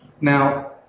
Now